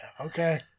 okay